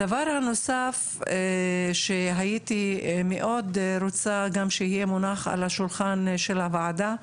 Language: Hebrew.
הדבר הנוסף שהייתי מאוד רוצה גם שיהיה מונח על השולחן של הוועדה,